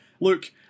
look